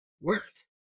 worth